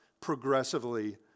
progressively